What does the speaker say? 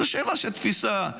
זו שאלה של תפיסה.